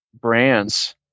brands